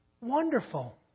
wonderful